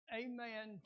amen